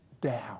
down